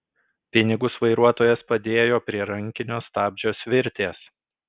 pinigus vairuotojas padėjo prie rankinio stabdžio svirties